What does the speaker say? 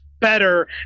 better